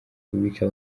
kubica